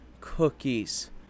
cookies